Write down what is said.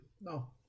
No